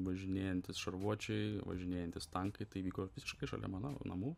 važinėjantys šarvuočiai važinėjantys tankai tai vyko visiškai šalia mano namų